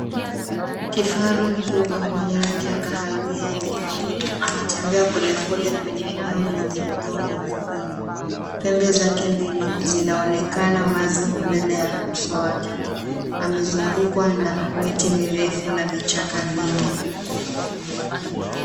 Kifaru mkubwa mwenye rangi ya kahawia nyekundu anatembea polepole kwenye eneo lenye udongo mwekundu. Pembe zake mbili zinaoonekana wazi mbele ya uso wake. Amezungukwa na miti mirefu na vichaka vingi.